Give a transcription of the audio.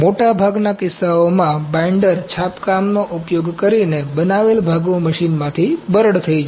મોટાભાગના કિસ્સાઓમાં બાઈન્ડર છાપકામનો ઉપયોગ કરીને બનાવેલ ભાગો મશીનમાંથી બરડ થઈ જાય છે